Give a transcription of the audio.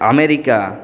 America